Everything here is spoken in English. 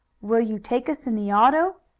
will you take us in the auto?